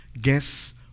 Guess